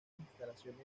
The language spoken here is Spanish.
instalaciones